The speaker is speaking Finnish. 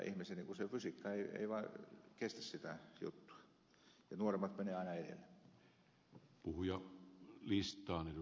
ihmisen fysiikka ei vaan kestä sitä juttua ja nuoremmat menevät aina edelle